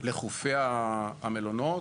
לחופי המלונות,